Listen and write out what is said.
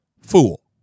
fool